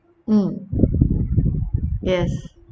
mm yes